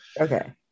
Okay